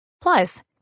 Plus